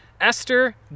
Esther